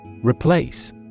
Replace